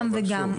גם וגם.